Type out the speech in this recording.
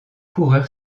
coureur